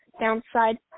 downside